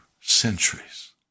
centuries